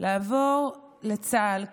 לעבור לצה"ל,